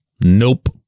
Nope